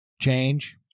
Change